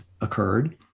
occurred